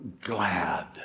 glad